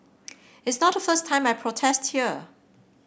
it's not first time I protest here